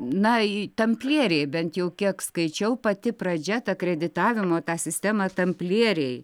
na ii tamplieriai bent jau kiek skaičiau pati pradžia tą kreditavimo tą sistemą tamplieriai